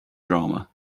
drama